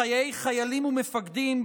בחיי חיילים ומפקדים,